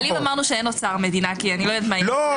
אבל אם אמרנו שאין אוצר מדינה כי אני לא יודעת --- לא.